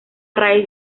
raíz